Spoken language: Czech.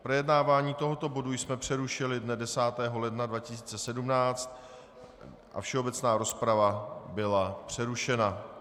Projednávání tohoto bodu jsme přerušili dne 10. ledna 2017 a všeobecná rozprava byla přerušena.